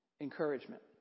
encouragement